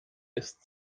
ist